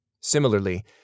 Similarly